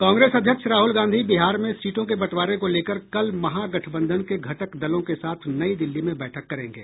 कांग्रेस अध्यक्ष राहुल गांधी बिहार में सीटों के बंटवारे को लेकर कल महागठबंधन के घटक दलों के साथ नई दिल्ली में बैठक करेंगे